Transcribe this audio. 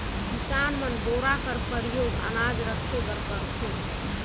किसान मन बोरा कर परियोग अनाज राखे बर करथे